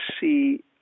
see